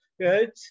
good